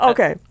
Okay